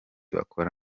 bakora